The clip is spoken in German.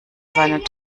seinen